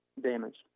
damaged